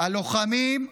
הלוחמים,